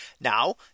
Now